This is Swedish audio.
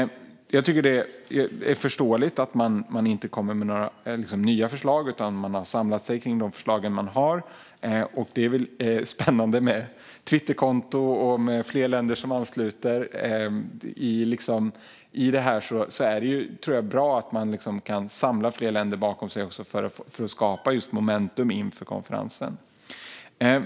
Det är förståeligt att man inte kommer med några nya förslag utan att man har samlat sig kring de förslag som man har. Det är väl spännande med ett Twitterkonto och med fler länder som ansluter. I detta tror jag att det är bra att man kan samla fler länder bakom sig för att skapa just momentum inför konferensen.